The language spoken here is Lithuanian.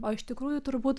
o iš tikrųjų turbūt